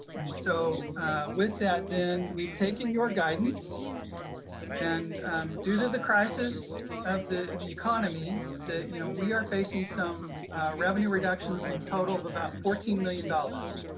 and so with that then we've taken your guidance and due to the crisis of the the economy that you know we are facing some revenue reductions in total of about fourteen million dollars.